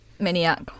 Maniac